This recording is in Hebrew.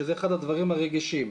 שזה אחד הדברים הרגישים,